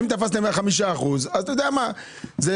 אם תפסתם חמישה אחוזים, זה אחרת.